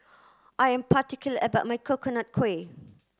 I am particular about my Coconut Kuih